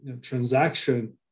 transaction